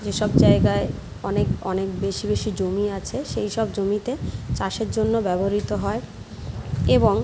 যেসব জায়গায় অনেক অনেক বেশি বেশি জমি আছে সেই সব জমিতে চাষের জন্য ব্যবহৃত হয় এবং